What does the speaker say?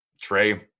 Trey